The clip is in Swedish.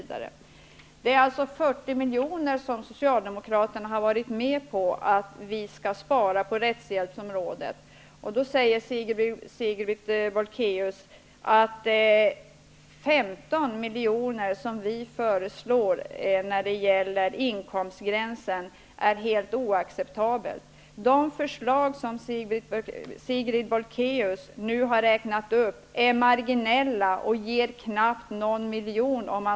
Det är alltså 40 milj.kr. som Socialdemokraterna har varit med på att vi skall spara på rättshjälpsområdet. Nu säger Sigrid Bolkéus att de 15 miljoner som vi föreslår när det gäller inkomstgränsen är någonting helt oacceptabelt. De förslag som Sigrid Bolkéus räknat upp har marginella effekter och ger knappt någon miljon.